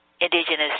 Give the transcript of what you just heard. indigenous